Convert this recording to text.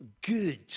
good